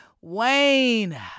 Wayne